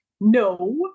no